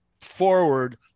forward